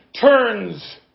turns